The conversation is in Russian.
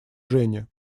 жени